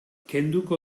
kenduko